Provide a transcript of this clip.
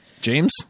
James